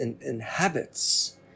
inhabits